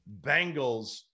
Bengals